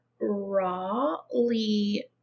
rawly